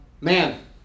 Man